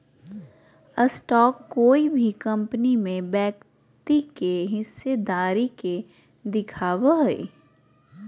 stock कोय भी company में व्यक्ति के हिस्सेदारी के दिखावय हइ